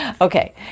Okay